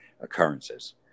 occurrences